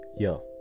yo